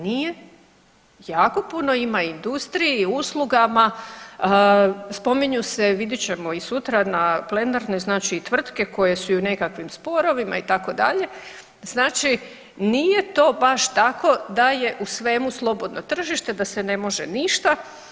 Nije, jako puno ima industrije i usluga, spominju se vidjet ćemo i sutra na plenarnoj znači tvrtke koje su i u nekakvim sporovima itd. znači nije to baš tako da je u svemu slobodno tržište, da se ne može ništa.